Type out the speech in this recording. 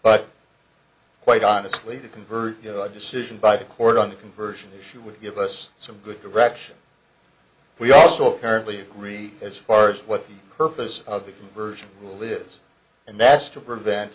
but quite honestly to convert you know a decision by the court on the conversion issue would give us some good direction we also apparently agree as far as what the purpose of the conversion will lives and that's to prevent